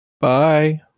Bye